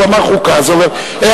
בסדר-היום.